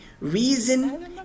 reason